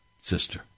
sister